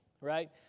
right